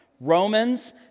Romans